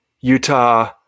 Utah